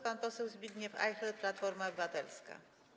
Pan poseł Zbigniew Ajchler, Platforma Obywatelska.